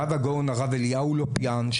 הרב הגאון הרב אליהו לופיאן,